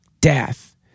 death